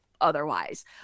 otherwise